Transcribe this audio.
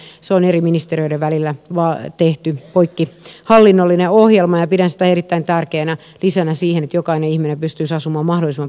näin ollen se on eri ministeriöiden välillä tehty poikkihallinnollinen ohjelma ja pidän sitä erittäin tärkeänä lisänä siihen että jokainen ihminen pystyisi asumaan mahdollisimman pitkään kotona